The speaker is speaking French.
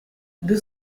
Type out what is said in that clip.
deux